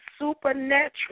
supernatural